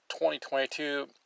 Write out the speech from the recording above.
2022